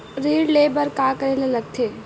ऋण ले बर का करे ला लगथे?